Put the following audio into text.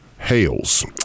Hales